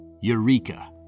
Eureka